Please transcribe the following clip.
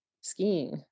skiing